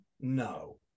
no